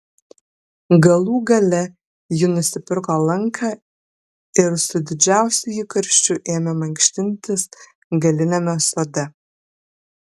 galų gale ji nusipirko lanką ir su didžiausiu įkarščiu ėmė mankštintis galiniame sode